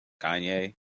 Kanye